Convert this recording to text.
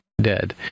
dead